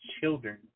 children